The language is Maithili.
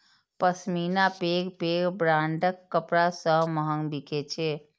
पश्मीना पैघ पैघ ब्रांडक कपड़ा सं महग बिकै छै